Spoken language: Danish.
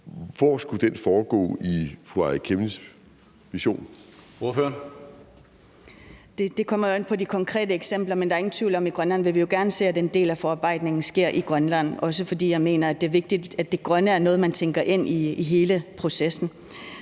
Ordføreren. Kl. 22:43 Aaja Chemnitz (IA): Det kommer jo an på de konkrete eksempler. Men der er ingen tvivl om, at vi jo gerne ser, at en del af forarbejdningen sker i Grønland, for jeg mener, at det er vigtigt, at det grønne er noget, man tænker ind i hele processen.